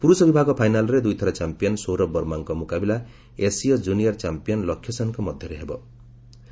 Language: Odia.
ପୁରୁଷ ବିଭାଗ ଫାଇନାଲ୍ରେ ଦୁଇଥର ଚମ୍ପିୟନ୍ ସୌରଭ ବର୍ମାଙ୍କ ମୁକାବିଲା ଏସୀୟ ଜୁନିୟର ଚାମ୍ପିୟନ୍ ଲକ୍ଷ୍ୟ ସେନ୍ଙ୍କ ମଧ୍ୟରେ ମୁକାବିଲା ହେବ